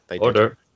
Order